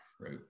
right